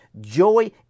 Joy